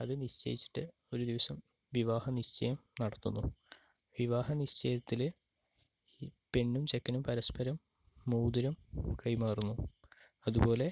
അത് നിശ്ചയിച്ചിട്ട് ഒരു ദിവസം വിവാഹ നിശ്ചയം നടത്തുന്നു വിവാഹ നിശ്ചയത്തിൽ പെണ്ണും ചെക്കനും പരസ്പരം മോതിരം കൈമാറുന്നു അതുപോലെ